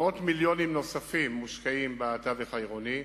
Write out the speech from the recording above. מאות מיליונים נוספים מושקעים בתווך העירוני.